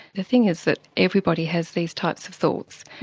the thing is that everybody has these types of thoughts,